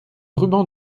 ruban